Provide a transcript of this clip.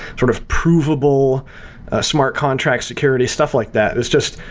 sort of provable ah smart contract security, stuff like that. it's just,